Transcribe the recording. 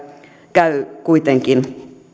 käy kuitenkin